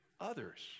others